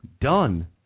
done